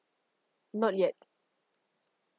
not yet